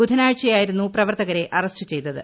ബുധനാഴ്ചയായിരുന്നു പ്രവർത്തകരെ അറസ്റ്റ് ചെയ്തത്